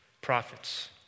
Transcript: prophets